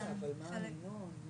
להפעיל את הלמידה אצלם בבית הספר,